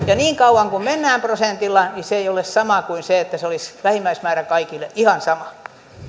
ja niin kauan kuin mennään prosentilla se ei ole sama kuin se että olisi se vähimmäismäärä kaikille ihan sama